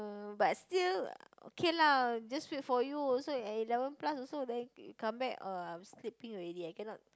uh but still can lah just wait for you also at eleven plus also then come back ah I'm sleeping already I cannot